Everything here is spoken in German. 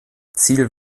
ziel